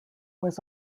was